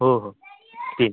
हो हो तीन